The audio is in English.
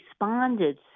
responded